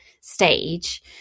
stage